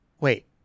Wait